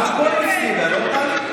גם פה היא הפסידה, לא, טלי?